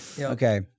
Okay